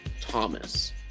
Thomas